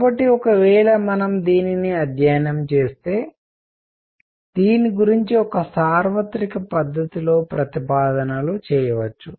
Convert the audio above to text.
కాబట్టి ఒక వేళ మనము దీనిని అధ్యయనం చేస్తే దీని గురించి ఒక సార్వత్రిక పద్ధతిలో ప్రతిపాదనలు చేయవచ్చు